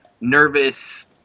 nervous